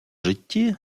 житті